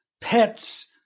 pets